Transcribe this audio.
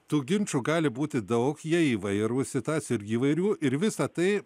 tų ginčų gali būti daug jie įvairūs situacijų irgi įvairių ir visa tai